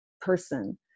person